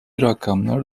rakamlar